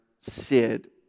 Sid